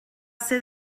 ser